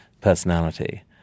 personality